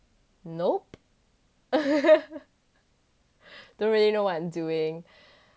nope don't really know what I'm doing